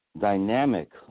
dynamic